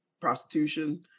prostitution